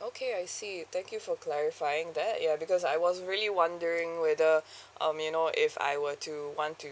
okay I see thank you for clarifying that ya because I was really wondering whether um you know if I were to want to